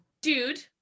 Dude